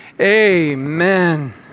Amen